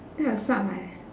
that was what my